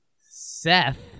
Seth